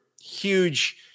huge